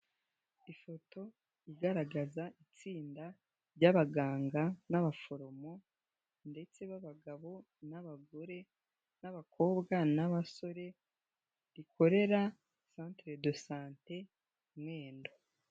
Ifoto igaragaza itsinda ry'abaganga n'abaforomo ndetse b'abagabo n'abagore n'abakobwa n'abasore, rikorera Centre de Sante Mwendo.